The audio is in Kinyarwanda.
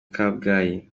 kabgayi